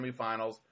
Semifinals